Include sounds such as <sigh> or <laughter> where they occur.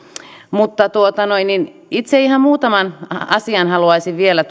mutta itse ihan muutaman asian haluaisin vielä <unintelligible>